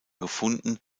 gefunden